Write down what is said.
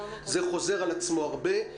זה חוזר על עצמו הרבה.